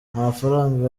amafaranga